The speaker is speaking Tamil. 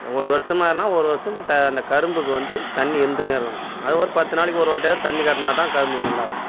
ஒரு வருடமானா ஒரு வருடம் த அந்த கரும்புக்கு வந்து தண்ணி இருந்துக்கின்னே இருக்கணும் அதே மாதிரி பத்து நாளைக்கு ஒரு வாட்டியாவது தண்ணி காட்டினாதான் கரும்பு நல்லாயிருக்கும்